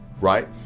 right